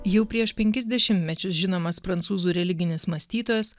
jau prieš penkis dešimtmečius žinomas prancūzų religinis mąstytojas